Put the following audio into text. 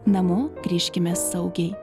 namo grįžkime saugiai